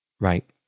right